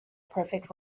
perfect